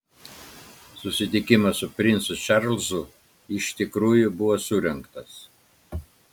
susitikimas su princu čarlzu iš tikrųjų buvo surengtas